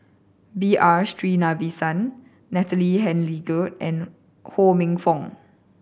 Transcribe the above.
B R Sreenivasan Natalie Hennedige and Ho Minfong